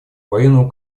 военного